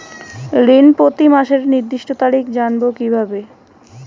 ঋণ প্রতিমাসের নির্দিষ্ট তারিখ জানবো কিভাবে?